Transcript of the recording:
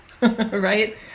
right